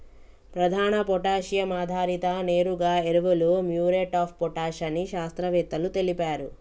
ప్రధాన పొటాషియం ఆధారిత నేరుగా ఎరువులు మ్యూరేట్ ఆఫ్ పొటాష్ అని శాస్త్రవేత్తలు తెలిపారు